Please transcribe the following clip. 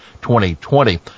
2020